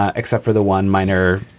ah except for the one minor,